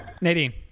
Nadine